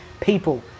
people